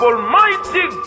Almighty